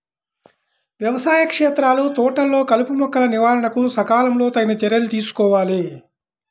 వ్యవసాయ క్షేత్రాలు, తోటలలో కలుపుమొక్కల నివారణకు సకాలంలో తగిన చర్యలు తీసుకోవాలి